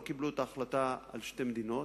לא קיבלו את ההחלטה על שתי מדינות,